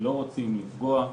לא רוצים לפגוע בצרכנים,